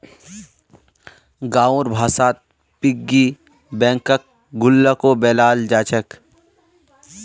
गाँउर भाषात पिग्गी बैंकक गुल्लको बोलाल जा छेक